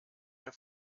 der